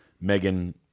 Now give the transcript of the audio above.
Megan